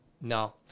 No